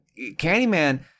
Candyman